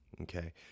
Okay